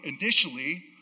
initially